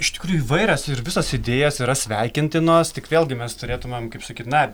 iš tikrųjų įvairios ir visos idėjos yra sveikintinos tik vėlgi mes turėtumėm kaip sakyt na